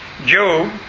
Job